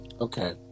Okay